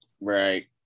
Right